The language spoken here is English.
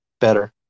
better